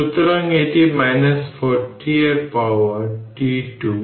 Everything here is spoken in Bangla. সুতরাং একইভাবে n ক্যাপাসিটরের জন্য n 1CN t0 t it dt t n t0 পর্যন্ত